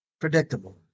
Predictable